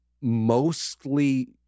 mostly